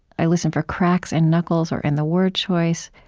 i listen for cracks in knuckles or in the word choice,